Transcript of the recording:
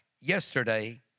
Yesterday